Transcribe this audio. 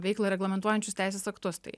veiklą reglamentuojančius teisės aktus tai